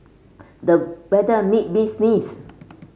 the weather made me sneeze